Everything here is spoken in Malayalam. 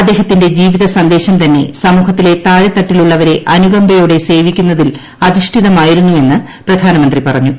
അദ്ദേഹത്തിന്റെ ജീവിത സന്ദേശം തന്നെ സമൂഹത്തിലെ താഴെത്തട്ടിലുള്ളവരെ അനുകമ്പയോടെ സേവിക്കുന്നതിൽ അധിഷ്ഠിതമായിരുന്നു എന്ന് പ്രധാനമന്ത്രി പറഞ്ഞു